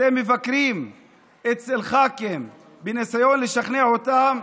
אתם מבקרים אצל ח"כים בניסיון לשכנע אותם.